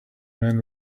men